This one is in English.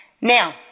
Now